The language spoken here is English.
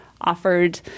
offered